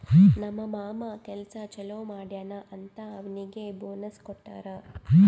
ನಮ್ ಮಾಮಾ ಕೆಲ್ಸಾ ಛಲೋ ಮಾಡ್ಯಾನ್ ಅಂತ್ ಅವ್ನಿಗ್ ಬೋನಸ್ ಕೊಟ್ಟಾರ್